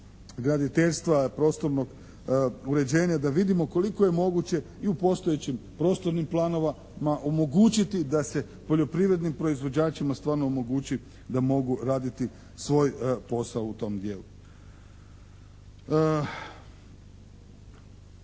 graditeljstva, prostornog uređenja da vidimo koliko je moguće i u postojećim prostornim planovima omogućiti da se poljoprivrednim proizvođačima stvarno omogući da mogu raditi svoj posao u tom dijelu.